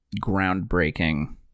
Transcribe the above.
Groundbreaking